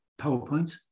PowerPoint